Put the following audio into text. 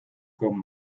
con